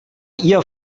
ihr